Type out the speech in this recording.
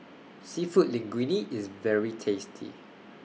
Seafood Linguine IS very tasty